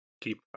keep